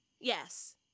Yes